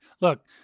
look